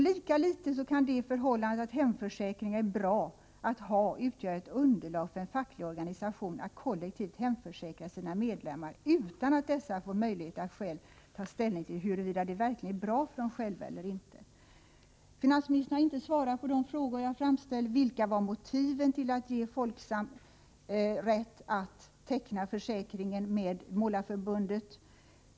Lika litet kan det förhållandet att hemförsäkringar är bra att ha utgöra ett underlag för en facklig organisation att kollektivt hemförsäkra sina medlemmar utan att dessa får möjlighet att själva ta ställning till huruvida det verkligen är bra för dem själva eller ej. Finansministern har inte svarat på de frågor jag framställde: Vilka var motiven till att ge Folksam rätt att teckna försäkringen med Målareförbundet?